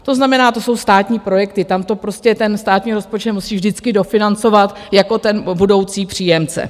To znamená, to jsou státní projekty, tam to prostě ten státní rozpočet musí vždycky dofinancovat jako ten budoucí příjemce.